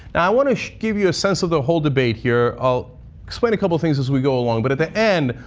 now i wanna give you a sense of the whole debate here. i'll explain a couple things as we go along. but at the end,